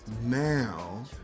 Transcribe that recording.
now